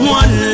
one